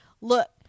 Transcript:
Look